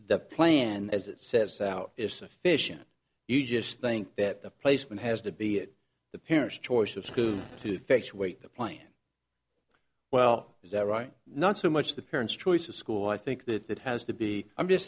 the plan as it says out is sufficient you just think that the placement has to be the parents choice of school to face weight the plan well is that right not so much the parent's choice of school i think that that has to be i'm just